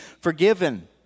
forgiven